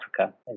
Africa